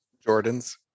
jordan's